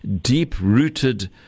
deep-rooted